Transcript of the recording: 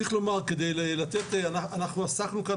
צריך לומר שאנחנו עסקנו כאן,